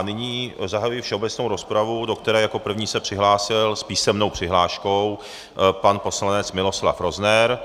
Nyní zahajuji všeobecnou rozpravu, do které jako první se přihlásil s písemnou přihláškou pan poslanec Miloslav Rozner.